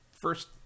first